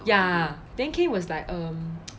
ya then kain was like um